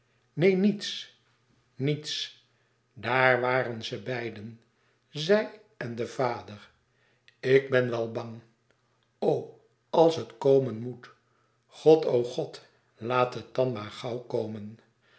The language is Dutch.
niets niets niets daar waren ze beiden zij en de vader ik ben wel bang o als het komen moet god o god laat het dan maar gauw komen